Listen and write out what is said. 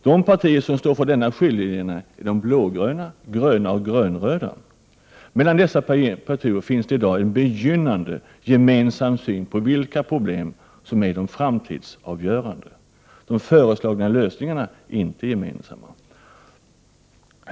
De partier som står för denna skiljelinje är de blågröna, de gröna och de grönröda. Mellan dessa partier finns i dag en begynnande gemensam syn på vilka problem som är de framtidsavgörande. De föreslagna lösningarna är inte gemensamma.